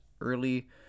early